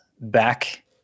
back